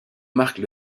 marque